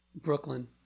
Brooklyn